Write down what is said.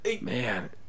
Man